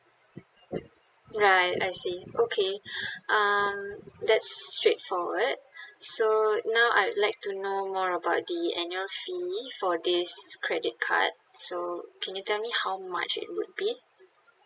right I see okay um that's straightforward so now I'd like to know more about the annual fee for this credit card so can you tell me how much it would be